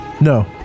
No